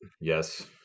Yes